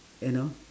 you know